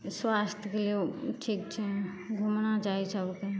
स्वास्थ्य भी ठीक छै घुमना चाही सभकेँ